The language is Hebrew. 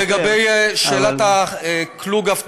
לגבי שאלת קלוגהפט,